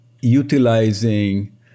utilizing